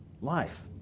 life